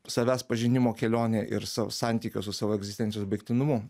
savęs pažinimo kelionė ir sa santykio su savo egzistencijos baigtinumu